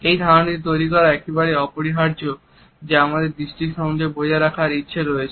এই ধারনাটি তৈরি করা একেবারেই অপরিহার্য যে আমাদের দৃষ্টি সংযোগ বজায় রাখার ইচ্ছে রয়েছে